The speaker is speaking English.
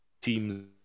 teams